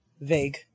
vague